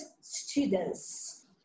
students